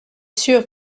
sûr